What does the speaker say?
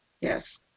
Yes